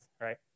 right